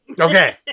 Okay